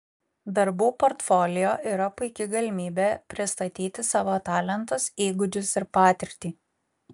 darbų portfolio yra puiki galimybė pristatyti savo talentus įgūdžius ir patirtį